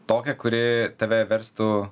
tokią kuri tave verstų